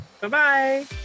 Bye-bye